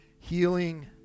Healing